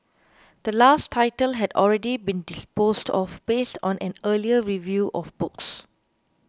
the last title had already been disposed off based on an earlier review of books